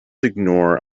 ignore